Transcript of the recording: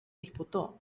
disputó